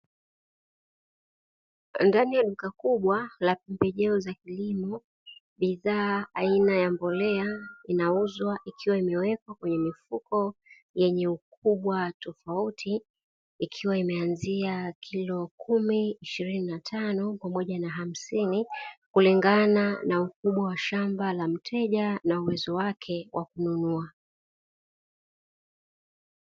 Ndani ya duka kubwa la pembejeo za kilimo bidhaa aina ya mbolea inauzwa ikiwa imewekwa kwenye mifuko yenye ukubwa tofauti, ikiwa imeanzia kilo: kumi, ishirini na tano pamoja na hamsini; kulingana na ukubwa wa shamba la mteja na uwezo wake wa kununua.